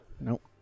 Nope